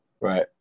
Right